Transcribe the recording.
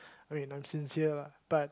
okay I'm sincere lah but